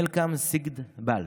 מלקם סגד בעל.